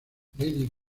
lady